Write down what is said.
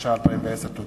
התש"ע 2010. תודה.